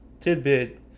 tidbit